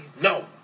no